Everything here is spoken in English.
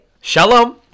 Shalom